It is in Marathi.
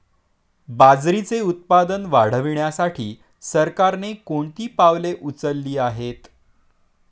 बाजरीचे उत्पादन वाढविण्यासाठी सरकारने कोणती पावले उचलली आहेत?